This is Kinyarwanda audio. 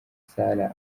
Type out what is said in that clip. sarah